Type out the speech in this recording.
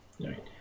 Right